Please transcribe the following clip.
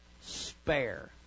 spare